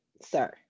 sir